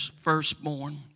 firstborn